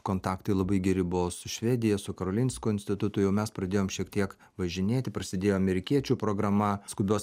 kontaktai labai geri buvo su švedija su karolinsko institutu jau mes pradėjom šiek tiek važinėti prasidėjo amerikiečių programa skubios